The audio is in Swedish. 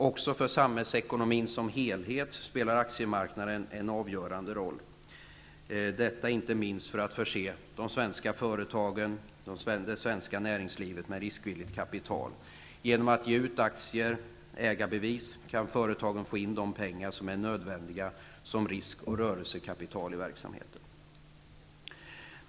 Också för samhällsekonomin som helhet spelar aktiemarknaden en avgörande roll, inte minst för att förse det svenska näringslivet med riskvilligt kapital. Genom att ge ut aktier, ägarbevis, kan företagen få in de pengar som är nödvändiga för risk och rörelsekapital i verksamheten.